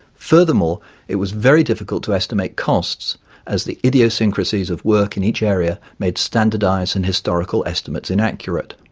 furthermore it was very difficult to estimate costs as the idiosyncrasies of work in each area made standardised and historical estimates inaccurate.